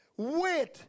Wait